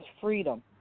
freedom